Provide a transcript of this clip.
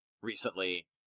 recently